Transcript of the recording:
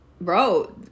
bro